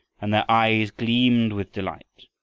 and their eyes gleamed with delight.